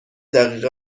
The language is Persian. دقیقه